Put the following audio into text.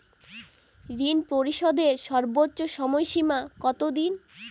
ঋণ পরিশোধের সর্বোচ্চ সময় সীমা কত দিন?